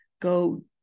go